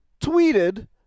tweeted